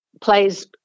plays